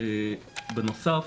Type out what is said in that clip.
בנוסף